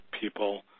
people